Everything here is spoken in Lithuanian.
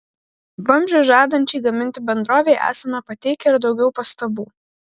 vamzdžius žadančiai gaminti bendrovei esame pateikę ir daugiau pastabų